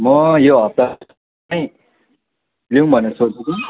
म यो हप्ता नै लिउँ भनेर सोच्दैछु